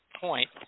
point